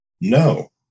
No